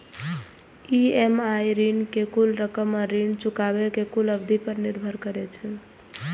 EMI ऋण के कुल रकम आ ऋण चुकाबै के कुल अवधि पर निर्भर करै छै